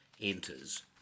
enters